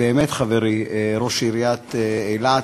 באמת חברי, ראש עיריית אילת,